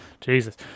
Jesus